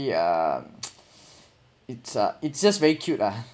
yeah it's a it's just very cute lah